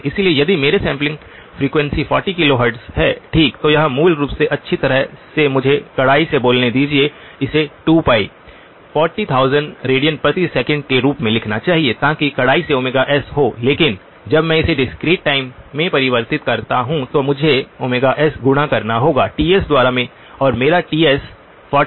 इसलिए यदि मेरी सैंपलिंग फ्रीक्वेंसी 40 किलोहर्ट्ज़ है ठीक तो यह मूल रूप से अच्छी तरह से मुझे कड़ाई से बोलना चाहिए इसे 2π 40000 रेडियन प्रति सेकंड के रूप में लिखना चाहिए ताकि कड़ाई से s हो लेकिन जब मैं इसे डिस्क्रीट टाइम में परिवर्तित करता हूं तो मुझे Ω s गुणा करना होगा T s द्वारा और मेरा T s 40 किलोहर्ट्ज़ है ठीक